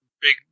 Big